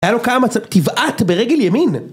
היה לנו כמה מצבים תבעט ברגל ימין!